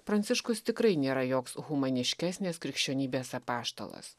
pranciškus tikrai nėra joks humaniškesnės krikščionybės apaštalas